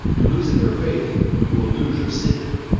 in losing your faith you will lose your city.